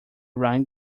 rhine